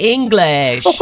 English